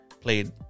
played